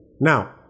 Now